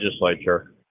legislature